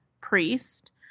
Priest